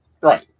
right